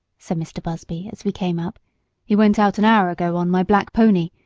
said mr. bushby as we came up he went out an hour ago on my black pony,